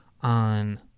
on